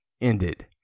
ended